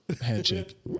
handshake